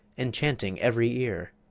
enchanting every ear!